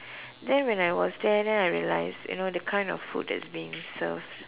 then when I was there then I realise you know the kind of food that is being served